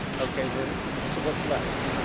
okay then so what's left?